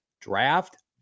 draft